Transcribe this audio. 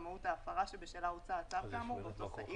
למהות ההפרה שבשלה הוצא הצו כאמור באותו סעיף,